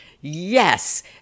Yes